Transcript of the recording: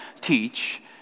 teach